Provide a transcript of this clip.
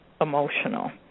emotional